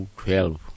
twelve